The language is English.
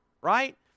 Right